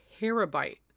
terabyte